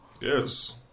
Yes